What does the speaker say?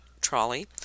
trolley